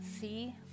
see